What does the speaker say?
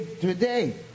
today